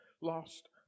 lost